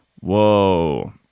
Whoa